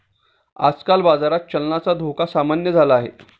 आजकाल बाजारात चलनाचा धोका सामान्य झाला आहे